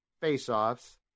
face-offs